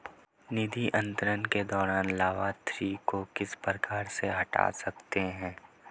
निधि अंतरण के दौरान लाभार्थी को किस प्रकार से हटा सकते हैं?